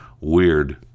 Weird